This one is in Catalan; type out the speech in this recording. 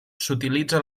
s’utilitza